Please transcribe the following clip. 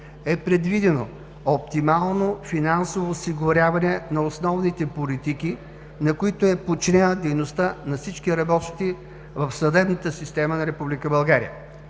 е предвидено оптимално, финансово осигуряване на основните политики, на които е подчинена дейността на всички работещи в съдебната